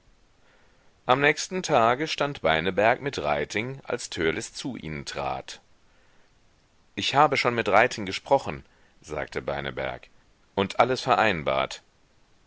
am nächsten tage stand beineberg mit reiting als törleß zu ihnen trat ich habe schon mit reiting gesprochen sagte beineberg und alles vereinbart